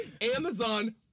Amazon